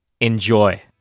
Enjoy